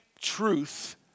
truth